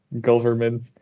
government